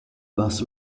bus